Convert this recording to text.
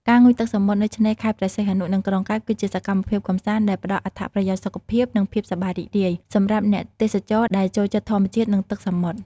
ការងូតទឹកសមុទ្រ នៅឆ្នេរខេត្តព្រះសីហនុ និងក្រុងកែប គឺជាសកម្មភាពកម្សាន្តដែលផ្តល់អត្ថប្រយោជន៍សុខភាព និងភាពសប្បាយរីករាយ សម្រាប់អ្នកទេសចរ ដែលចូលចិត្តធម្មជាតិ និងទឹកសមុទ្រ។